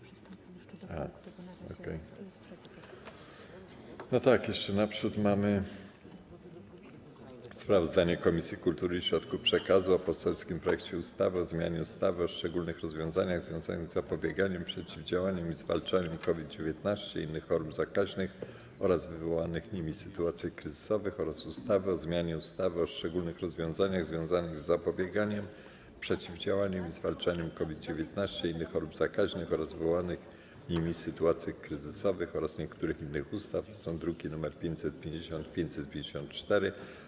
Przystępujemy do rozpatrzenia punktu 21. porządku dziennego: Sprawozdanie Komisji Kultury i Środków Przekazu o poselskim projekcie ustawy o zmianie ustawy o szczególnych rozwiązaniach związanych z zapobieganiem, przeciwdziałaniem i zwalczaniem COVID-19, innych chorób zakaźnych oraz wywołanych nimi sytuacji kryzysowych oraz ustawy o zmianie ustawy o szczególnych rozwiązaniach związanych z zapobieganiem, przeciwdziałaniem i zwalczaniem COVID-19, innych chorób zakaźnych oraz wywołanych nimi sytuacji kryzysowych oraz niektórych innych ustaw (druki nr 550 i 554)